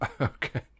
Okay